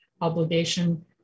Obligation